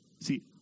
See